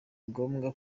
ngombwa